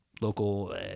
local